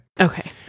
Okay